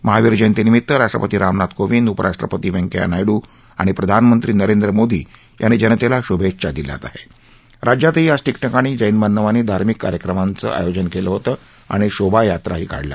महावीर जयंतीनिमित्त राष्ट्रपती रामनाथ कोविंद उपराष्ट्रपती व्यंकैय्या नायडू आणि प्रधानमंत्री नरेंद्र मोदी यांनी जनतव्ती शुभच्छा दिल्या आहप्त राज्यातही आज ठिकठिकाणी जैन बांधवांनी धार्मिक कार्यक्रम आयोजित कल्लहित आणि शोभायात्राही काढण्यात आल्या